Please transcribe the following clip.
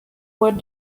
what